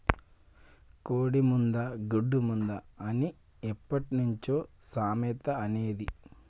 కోడి ముందా, గుడ్డు ముందా అని ఎప్పట్నుంచో సామెత అనేది